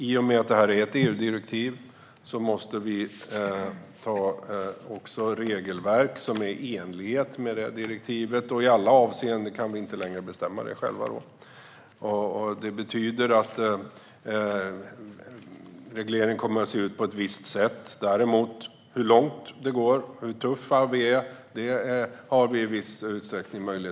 I och med att detta är ett EU-direktiv måste vi ha ett regelverk som är i enlighet med det direktivet, och i alla avseenden kan vi inte längre bestämma detta själva. Regleringen kommer därför att se ut på ett visst sätt. Hur långt det går och hur tuffa vi är kan vi däremot i viss utsträckning påverka.